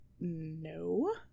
no